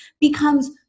becomes